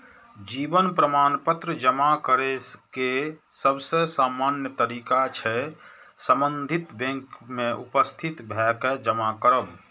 जीवन प्रमाण पत्र जमा करै के सबसे सामान्य तरीका छै संबंधित बैंक में उपस्थित भए के जमा करब